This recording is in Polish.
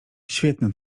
świetny